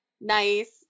nice